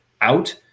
out